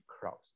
crowds